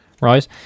right